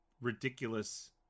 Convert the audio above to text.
ridiculous